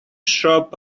shop